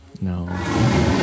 No